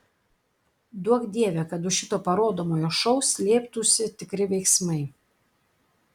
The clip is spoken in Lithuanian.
duok dieve kad už šito parodomojo šou slėptųsi tikri veiksmai